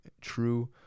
true